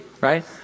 right